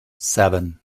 seven